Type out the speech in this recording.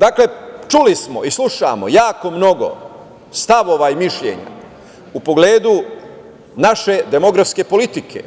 Dakle, čuli smo i slušamo mnogo stavova i mišljenja u pogledu naše demografske politike